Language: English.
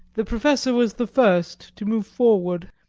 the professor was the first to move forward,